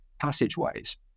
passageways